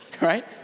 right